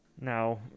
now